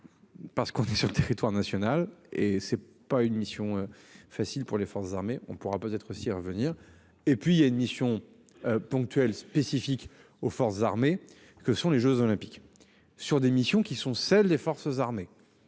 Parce qu'on dit sur le territoire national et c'est pas une mission facile pour les forces armées on pourra être revenir et puis il y a une mission. Ponctuelle spécifique aux forces armées, que sont les Jeux olympiques sur des missions qui sont celles des forces armées.